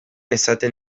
esaten